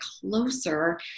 closer